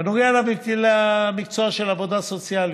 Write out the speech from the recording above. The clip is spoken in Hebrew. בנוגע למקצוע העבודה הסוציאלית: